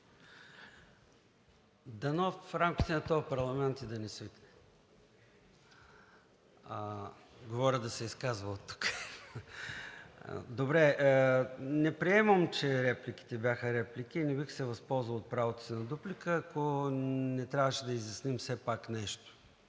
дано в рамките на този парламент и да не свикне – говоря да се изказва оттук. Не приемам, че репликите бяха реплики. Не бих се възползвал от правото си на дуплика, ако не трябваше да изясним все пак нещо.